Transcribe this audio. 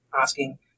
asking